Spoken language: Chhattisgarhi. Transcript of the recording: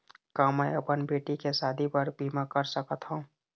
का मैं अपन बेटी के शादी बर बीमा कर सकत हव?